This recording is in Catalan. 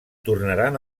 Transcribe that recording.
tornaran